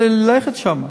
אומרת שאסור לנו ללכת לשם.